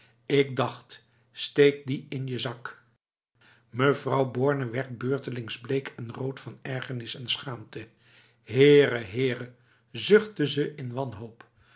ik dacht steek die in je zakf mevrouw borne werd beurtelings bleek en rood van ergernis en schaamte here here zuchtte ze in wanhoop